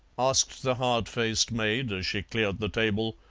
asked the hard-faced maid, as she cleared the table,